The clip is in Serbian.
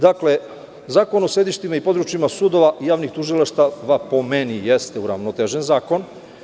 Zakon o sedištima i područjima sudova i javnih tužilaštava po meni je uravnotežen zakon.